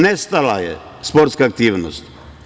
Nestala je sportska aktivnost.